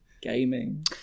Gaming